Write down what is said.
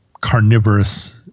carnivorous